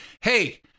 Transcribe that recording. hey